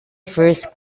first